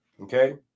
Okay